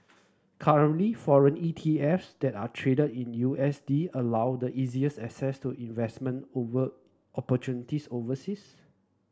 currently foreign E T F S that are traded in U S D allow the easiest access to investment over opportunities overseas